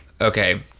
Okay